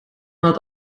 out